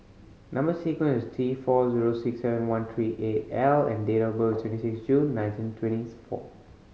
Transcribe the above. number sequence T four zero six seven one three eight L and date of birth is twenty six June nineteen twenties four